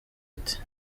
ati